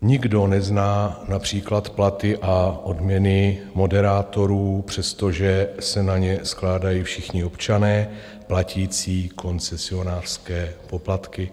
Nikdo nezná například platy a odměny moderátorů, přestože se na ně skládají všichni občané platící koncesionářské poplatky.